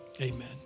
Amen